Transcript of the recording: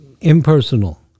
impersonal